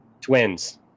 Twins